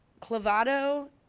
Clavado